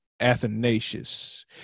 athanasius